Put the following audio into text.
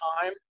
time